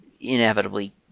inevitably